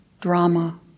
drama